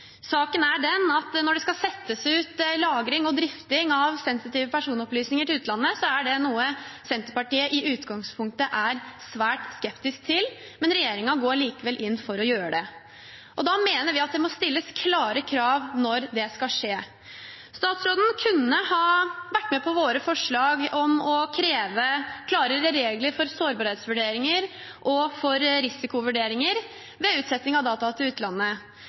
saken. Saken er den at når det skal settes ut lagring og drifting av sensitive personopplysninger til utlandet, er det noe Senterpartiet i utgangspunktet er svært skeptisk til, men regjeringen går likevel inn for å gjøre det. Da mener vi at det må stilles klare krav når det skal skje. Statsråden kunne ha vært for våre forslag om å kreve klarere regler for sårbarhetsvurderinger og for risikovurderinger ved utsetting av data til utlandet.